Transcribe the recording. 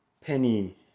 Penny